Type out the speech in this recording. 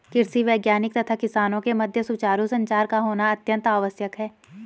कृषि वैज्ञानिक तथा किसानों के मध्य सुचारू संचार का होना अत्यंत आवश्यक है